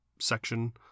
section